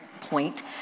point